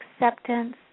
acceptance